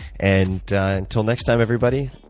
and until next time everybody,